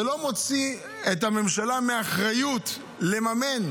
זה לא מוריד מהממשלה אחריות לממן